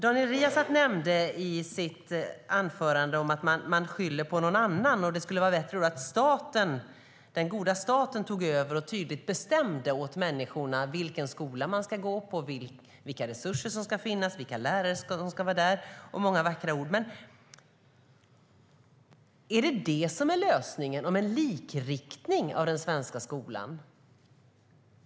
Daniel Riazat nämnde i sitt anförande att man skyller på någon annan och att det vore bättre att staten, den goda staten, tog över och tydligt bestämde åt människorna vilken skola barnen ska gå i, vilka resurser som ska finnas, vilka lärare som ska vara där. Det var många vackra ord, men är det en likriktning av den svenska skolan som är lösningen?